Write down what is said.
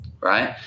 Right